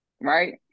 Right